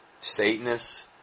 Satanists